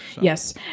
Yes